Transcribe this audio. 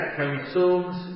consumes